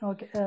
Okay